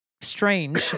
strange